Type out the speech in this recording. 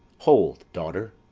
hold, daughter.